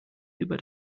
über